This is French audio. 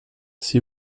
s’il